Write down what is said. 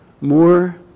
More